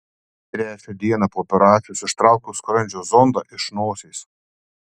trečią dieną po operacijos ištraukiau skrandžio zondą iš nosies